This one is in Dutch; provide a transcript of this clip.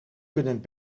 kunnen